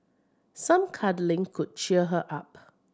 some cuddling could cheer her up